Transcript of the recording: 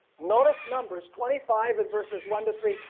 notice numbers twenty five in verses one to three.